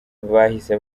bahise